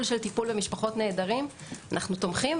או טיפול במשפחות נעדרים - אנו תומכים